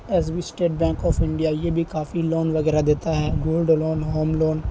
S B State Bank of India یہ بھی کافی لون وغیرہ دیتا ہے گولڈ لون ہوم لون